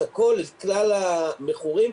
את כלל המכורים.